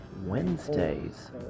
Wednesdays